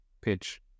Pitch